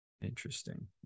interesting